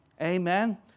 Amen